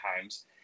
times